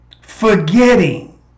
forgetting